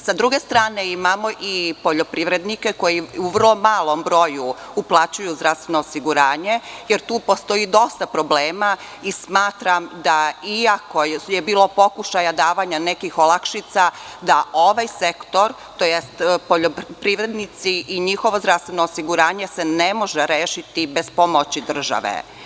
Sa druge strane, imamo i poljoprivrednike koji u vrlo malom broju uplaćuju zdravstveno osiguranje, jer tu postoji dosta problema i smatram da, iako je bilo pokušaja davanja nekih olakšica, ovaj sektor, tj. poljoprivrednici i njihovozdravstveno osiguranje se ne može rešiti bez pomoći države.